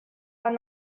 are